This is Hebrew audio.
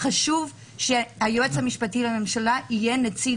חשוב שהיועץ המשפטי לממשלה יהיה נציג